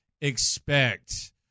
expect